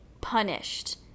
punished